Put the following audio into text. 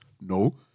No